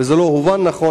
וזה לא הובן נכון,